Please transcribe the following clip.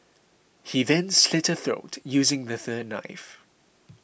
he then slit her throat using the third knife